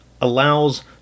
allows